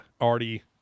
already